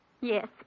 Yes